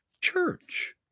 church